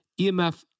EMF